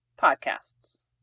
podcasts